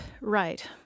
Right